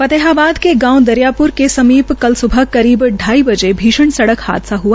फतेहाबाद के गांव दरियाप्र के समीप कल स्बह करीब ाई बजे भीषण सड़क हादसा ह्आ